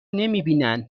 نمیبینن